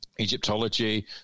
Egyptology